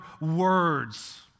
words